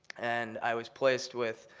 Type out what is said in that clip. and i was placed with